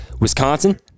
Wisconsin